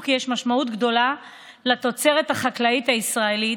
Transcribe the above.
כי יש משמעות גדולה לתוצרת החקלאית הישראלית,